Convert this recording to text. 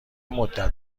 مدت